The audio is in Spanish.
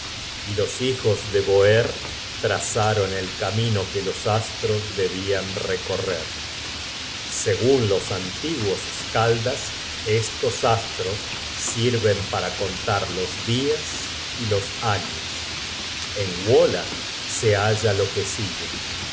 y los hijos de boerr trazaron el camino que los astros debian recorrer segun los antiguos skaldas estos astros sirven para contar los dias y los años en wola se halla lo que sigue